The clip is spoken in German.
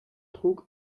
trug